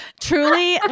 truly